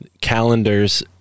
calendars